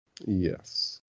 Yes